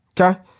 Okay